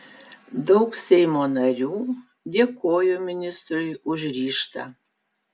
daug seimo narių dėkojo ministrui už ryžtą